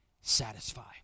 satisfy